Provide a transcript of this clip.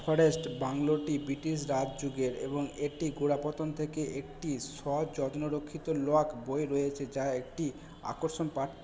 forest বাংলোটি British Raj যুগের এবং এটির গোড়াপত্তন থেকে একটি সযত্নরক্ষিত লক বয়ে রয়েছে যা একটি আকর্ষণ পার্ট